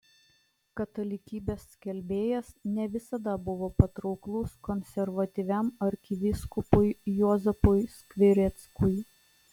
katalikybės skelbėjas ne visada buvo patrauklus konservatyviam arkivyskupui juozapui skvireckui